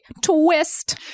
Twist